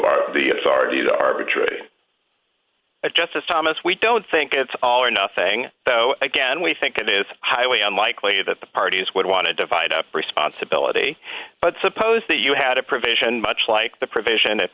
are the authority to arbitrarily as justice thomas we don't think it's all or nothing again we think it is highly unlikely that the parties would want to divide up responsibility but suppose that you had a provision much like the provision